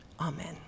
Amen